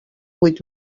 vuit